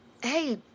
hey